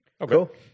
Okay